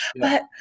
But-